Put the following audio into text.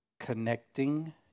Connecting